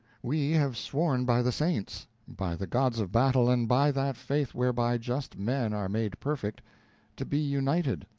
we have sworn by the saints by the gods of battle, and by that faith whereby just men are made perfect to be united.